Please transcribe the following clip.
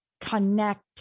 connect